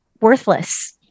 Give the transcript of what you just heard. worthless